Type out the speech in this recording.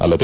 ಅಲ್ಲದೆ